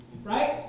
Right